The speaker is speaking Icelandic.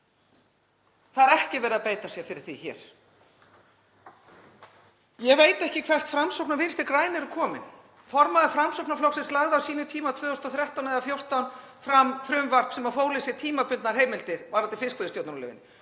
Það er ekki verið að beita sér fyrir því hér. Ég veit ekki hvert Framsókn og Vinstri græn eru komin. Formaður Framsóknarflokksins lagði á sínum tíma, 2013 eða 2014, fram frumvarp sem fól í sér tímabundnar heimildir varðandi fiskveiðistjórnarlögin.